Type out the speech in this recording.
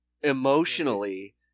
emotionally